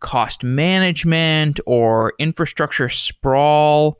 cost management or infrastructure sprawl?